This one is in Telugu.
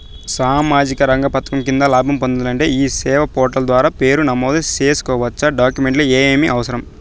సామాజిక రంగ పథకం కింద లాభం పొందాలంటే ఈ సేవా పోర్టల్ ద్వారా పేరు నమోదు సేసుకోవచ్చా? డాక్యుమెంట్లు ఏమేమి అవసరం?